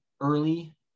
early